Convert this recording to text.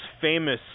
famous